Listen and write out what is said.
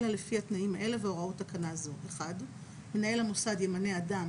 אלא לפי התנאים אלה והוראות תקנה זו: מנהל המוסד ימנה אדם